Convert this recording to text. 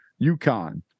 UConn